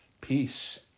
peace